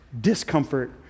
discomfort